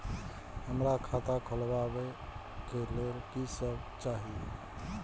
हमरा खाता खोलावे के लेल की सब चाही?